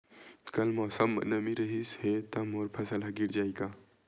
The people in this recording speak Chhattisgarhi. कल मौसम म नमी रहिस हे त मोर फसल ह गिर जाही का?